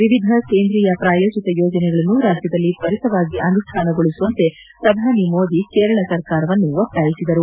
ವಿವಿಧ ಕೇಂದ್ರೀಯ ಪ್ರಾಯೋಜಿತ ಯೋಜನೆಗಳನ್ನು ರಾಜ್ಜದಲ್ಲಿ ಕ್ವರಿತವಾಗಿ ಅನುಷ್ಠಾನಗೊಳಿಸುವಂತೆ ಪ್ರಧಾನಿ ಮೋದಿ ಕೇರಳ ಸರ್ಕಾರವನ್ನು ಒತ್ತಾಯಿಸಿದರು